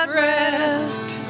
rest